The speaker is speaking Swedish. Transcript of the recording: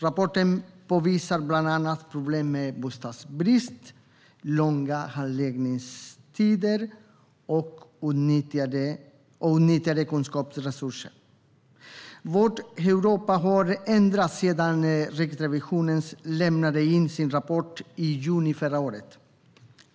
Rapporten påvisar bland annat problem med bostadsbrist, långa handläggningstider och outnyttjade kunskapsresurser. Vårt Europa har ändrats sedan Riksrevisionen lämnade sin rapport i juni förra året.